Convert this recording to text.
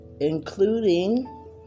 including